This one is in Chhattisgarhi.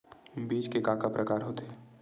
बीज के का का प्रकार होथे?